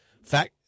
fact